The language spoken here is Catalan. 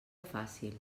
fàcil